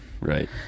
right